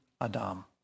Adam